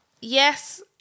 yes